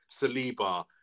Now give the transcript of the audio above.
Saliba